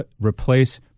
replace